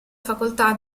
facoltà